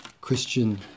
Christian